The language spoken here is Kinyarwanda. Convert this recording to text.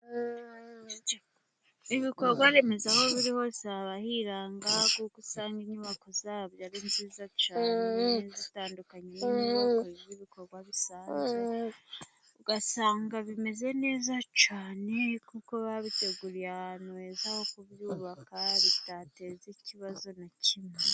Ibikorwa remezo aho biri ho zaba hiranga, kuko usanga inyubako zabyo ari nziza cyane zitandukanye n'ibikorwa bisanzwe. usanga bimeze neza cyane kuko babiteguriye ahantu heza ho kubyubaka bitateza ikibazo na kimwe.